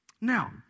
Now